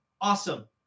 Awesome